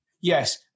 Yes